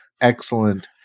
excellent